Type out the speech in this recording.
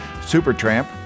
Supertramp